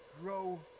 grow